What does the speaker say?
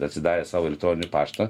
atsidaręs savo elektroninį paštą